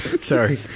Sorry